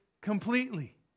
completely